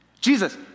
Jesus